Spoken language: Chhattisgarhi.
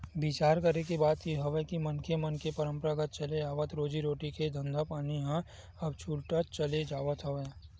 बिचार करे के बात ये हवय के मनखे मन के पंरापरागत चले आवत रोजी रोटी के धंधापानी ह अब छूटत चले जावत हवय